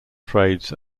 trades